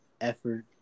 Effort